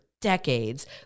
decades